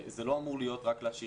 זה לא אמור להיות רק לעשירים,